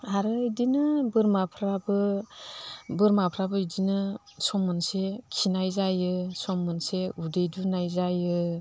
आरो इदिनो बोरमाफ्राबो बोरमाफ्राबो इदिनो सम मोनसे खिनाय जायो सम मोनसे उदै दुनाय जायो